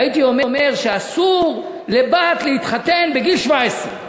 והייתי אומר שאסור לבת להתחתן בגיל 17,